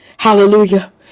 Hallelujah